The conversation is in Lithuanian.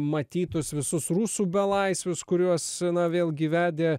matytus visus rusų belaisvius kuriuos vėlgi vedė